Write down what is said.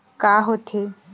का होथे?